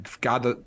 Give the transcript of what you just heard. God